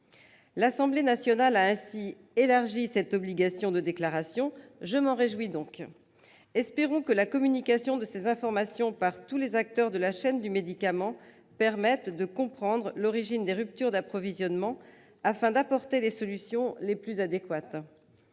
L'Assemblée nationale a ainsi élargi le champ de cette obligation de déclaration ; je m'en réjouis. Espérons que la communication de ces informations par tous les acteurs de la chaîne du médicament permette de comprendre l'origine des ruptures d'approvisionnement, afin que les solutions les plus adéquates